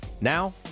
Now